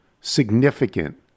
significant